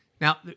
Now